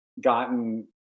gotten